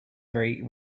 very